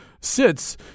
sits